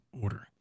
order